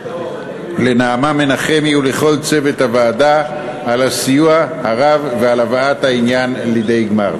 לנעמה מנחמי ולכל צוות הוועדה על הסיוע הרב ועל הבאת העניין לידי גמר.